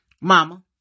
Mama